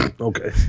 Okay